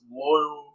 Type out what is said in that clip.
loyal